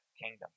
kingdom